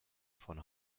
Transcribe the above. von